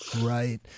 Right